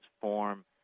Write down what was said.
form